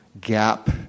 gap